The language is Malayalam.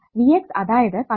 Vx അതായതു 10 കിലോ ഓം തവണ I1